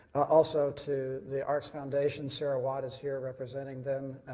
also to the arcs foundation, sarah watt is here representing them.